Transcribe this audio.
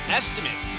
estimate